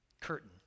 curtain